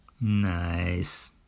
Nice